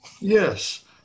yes